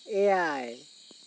ᱮᱭᱟᱭ